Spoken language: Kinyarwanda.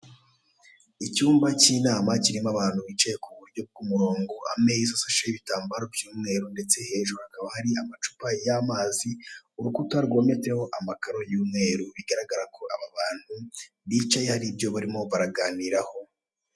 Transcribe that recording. Icyumba cy'inama bicaye ku buryo bw'umurongo, ameza asasheho ibitambaro by'umweru ndetse hejuru hakaba hari amacupa y'amazi, urukuta rwometseho amakaro y'umweru, bigaragara ko aba bantu bicaye hari ibyo barimo baraganiraho.